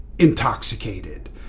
intoxicated